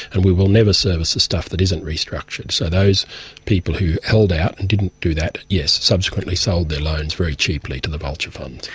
and we will never service the stuff that isn't restructured. so those people who held out and didn't do that, yes, subsequently sold their loans very cheaply to the vulture funds.